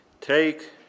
Take